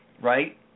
Right